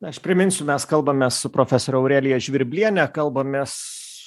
aš priminsiu mes kalbamės su profesore aurelija žvirbliene kalbamės